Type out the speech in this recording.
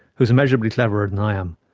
who is immeasurably cleverer than i am,